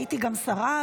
הייתי גם שרה,